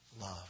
love